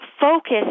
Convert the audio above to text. focus